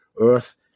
Earth